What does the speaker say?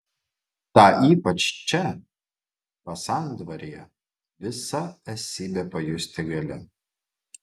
tą ypač čia pasandravyje visa esybe pajusti gali